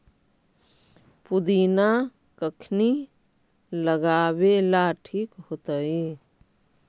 पुदिना कखिनी लगावेला ठिक होतइ?